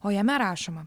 o jame rašoma